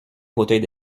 fauteuils